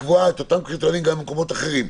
לקבוע את אותם קריטריונים גם במקומות אחרים?